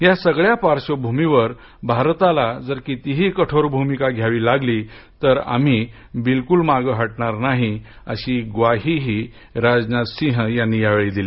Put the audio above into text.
या सगळ्या पार्श्वभूमीवर भारताला जर कितीही कठोर भूमिका घ्यावी लागली तर आम्ही बिलकुल मागं हटणार नाही अशी ग्वाहीही राजनाथसिंहयांनी यावेळी दिली